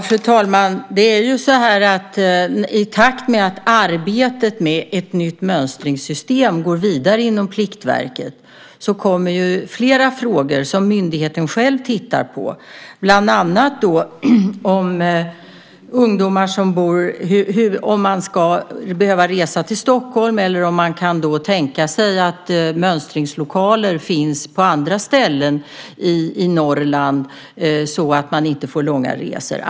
Fru talman! I takt med att arbetet med ett nytt mönstringssystem går vidare inom Pliktverket kommer flera frågor som myndigheten själv tittar på, bland annat om ungdomar ska behöva resa till Stockholm eller om det ska finnas mönstringslokaler på andra ställen i Norrland, så att de inte behöver göra långa resor.